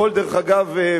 ודרך אגב,